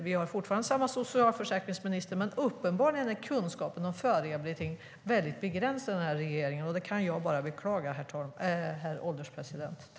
Vi har fortfarande samma socialförsäkringsminister. Uppenbarligen är kunskapen om förrehabilitering väldigt begränsad i regeringen, och det kan jag bara beklaga, herr ålderspresident.